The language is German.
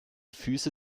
füße